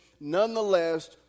nonetheless